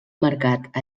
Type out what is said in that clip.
mercat